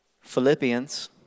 Philippians